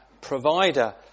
provider